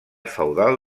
feudal